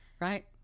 right